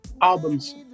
albums